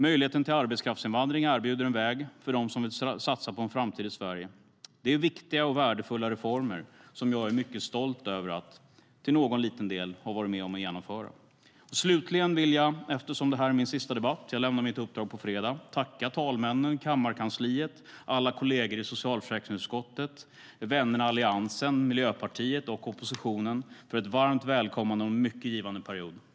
Möjligheten till arbetskraftsinvandring erbjuder en väg för dem som vill satsa på en framtid i Sverige. Det är viktiga och värdefulla reformer som jag är mycket stolt över att - till någon liten del - ha varit med om att genomföra. Slutligen vill jag, eftersom detta är min sista debatt - jag lämnar mitt uppdrag på fredag - tacka talmännen, kammarkansliet, alla kolleger i socialförsäkringsutskottet, vännerna i Alliansen, Miljöpartiet och oppositionen för ett varmt välkomnande och en mycket givande period.